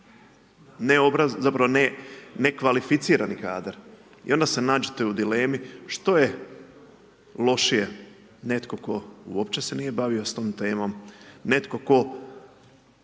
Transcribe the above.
neobrazovani zapravo ne kvalificirani kadar i onda se nađete u dilemi što je lošije. Netko tko uopće se nije bavio s tom temom, netko tko